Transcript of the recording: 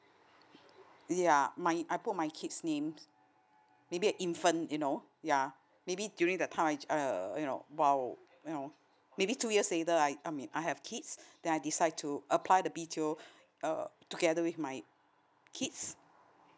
ya my I put my kid's name maybe an infant you know ya maybe during that time I uh you know while you know maybe two years later I I mean I have kids then I decide to apply the B_T_O uh together with my kids